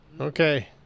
okay